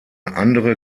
andere